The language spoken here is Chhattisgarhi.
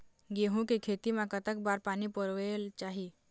गेहूं के खेती मा कतक बार पानी परोए चाही?